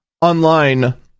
online